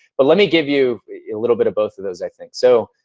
but let me give you a little bit of both of those, i think. so,